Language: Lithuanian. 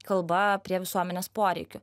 kalba prie visuomenės poreikių